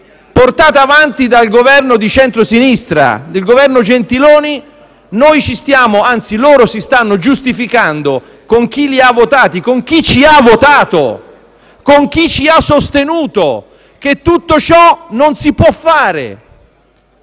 portata avanti dal Governo di centrosinistra, dal Governo Gentiloni Silveri, cancellandola, si stanno giustificando con chi li ha votati, con chi ci ha votato, con chi ci ha sostenuto, dicendo che tutto ciò non si può fare.